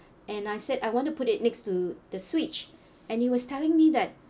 and I said I want to put it next to the switch and he was telling me that